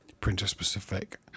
printer-specific